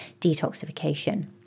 detoxification